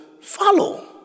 follow